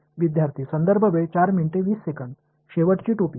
विद्यार्थीः शेवटची टोपी